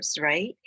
right